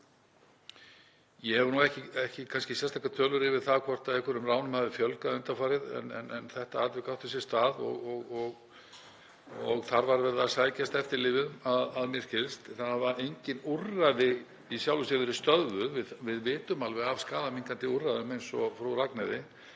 Ég hef nú ekki sérstakar tölur yfir það hvort einhverjum ránum hafi fjölgað undanfarið en þetta atvik átti sér stað og þar var verið að sækjast eftir lyfjum, að mér skilst. Það hafa engin úrræði í sjálfu sér verið stöðvuð og við vitum alveg af skaðaminnkandi úrræðum eins og Frú Ragnheiði